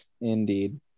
Indeed